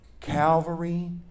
Calvary